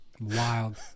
Wild